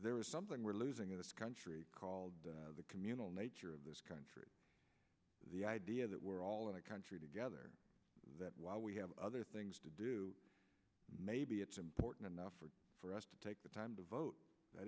there is something we're losing in this country called the communal nature of this country the idea that we're all in the country together that while we have other things to do maybe it's important enough for us to take the time to vote